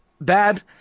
bad